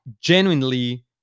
genuinely